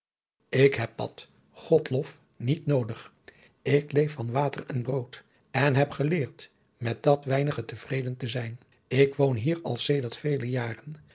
ik heb dat godlof niet noodig ik leef van water en brood en heb geleerd met dat weinige tevreden te zijn ik woon hier al sedert vele jaren